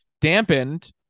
dampened